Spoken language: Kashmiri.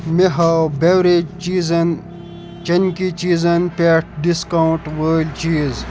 مےٚ ہاو بٮ۪وریج چیٖزن چَنکی چیٖزَن پٮ۪ٹھ ڈِسکاوُنٛٹ وٲلۍ چیٖز